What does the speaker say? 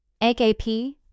AKP